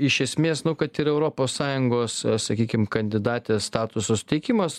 iš esmės nu kad ir europos sąjungos sakykim kandidatės statuso suteikimas